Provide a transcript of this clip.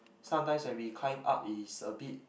sometimes when we climb up it is a bit